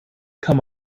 kann